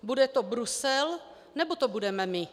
Bude to Brusel, nebo to budeme my?